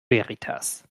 veritas